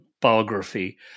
biography